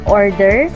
order